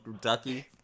ducky